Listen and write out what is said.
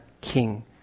king